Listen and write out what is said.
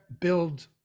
build